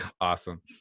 awesome